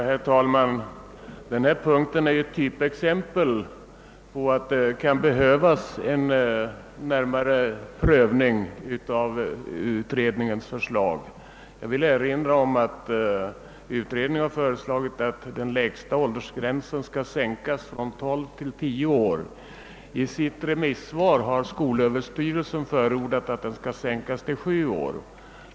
Herr talman! Denna punkt är ett typexempel på att det kan behövas en närmare prövning av utredningens förslag. Jag vill erinra om att utredningen har föreslagit att den lägsta åldersgränsen skall sänkas från 12 till 10 år. I sitt remissvar har skolöverstyrelsen föreslagit att den skall sänkas till 7 år.